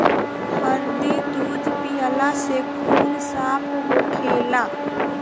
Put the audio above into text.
हरदी दूध पियला से खून साफ़ होखेला